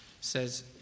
says